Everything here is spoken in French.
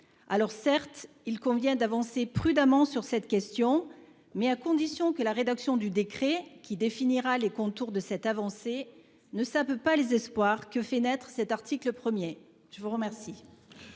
Alors certes, il convient d'avancer prudemment sur cette question, mais à condition que la rédaction du décret qui définira les contours de cette avancée ne savent pas les espoirs que fait naître cet article 1er je vous remercie.